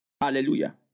Hallelujah